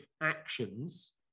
actions